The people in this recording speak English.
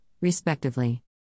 respectively